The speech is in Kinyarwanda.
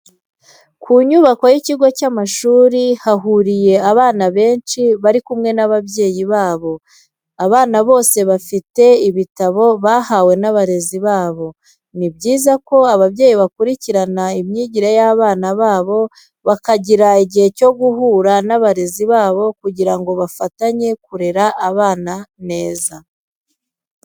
Ku nyubako y'ikigo cy'amashuri ahuriye abana benshi bari kumwe n'ababyeyi babo, abana bose bafite ibitabo bahawe n'abarezi babo. Ni byiza ko ababyeyi bakurikirana imyigire y'abana babo bakagira igihe cyo guhura n'abarezi babo kugira ngo bafatanye kurera abana neza.